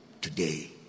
today